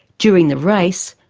during the race,